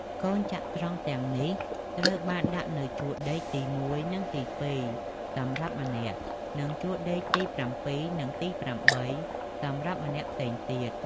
កូនចត្រង្គទាំងនេះត្រូវបានដាក់នៅជួរដេកទី១ និងទី២ សម្រាប់ម្នាក់ និងជួរដេកទី៧ និងទី៨ សម្រាប់ម្នាក់ផ្សេងទៀត។